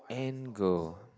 and go